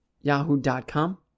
yahoo.com